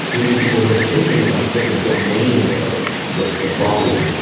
you need people who are thinking about different domains of the the problem.